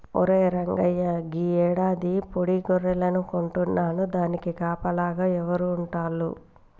ఒరే రంగయ్య గీ యాడాది పాడి గొర్రెలను కొంటున్నాను దానికి కాపలాగా ఎవరు ఉంటాల్లు